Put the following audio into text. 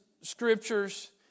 scriptures